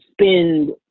spend